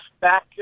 back